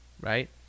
right